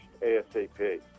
ASAP